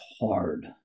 hard